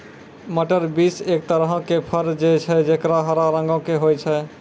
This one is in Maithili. मटर बींस एक तरहो के फर छै जे गहरा हरा रंगो के होय छै